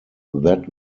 that